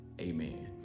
Amen